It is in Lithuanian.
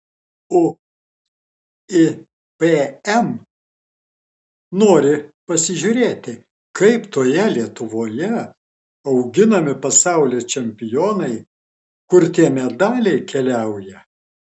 uipm nori pasižiūrėti kaip toje lietuvoje auginami pasaulio čempionai kur tie medaliai keliauja